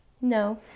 No